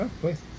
Please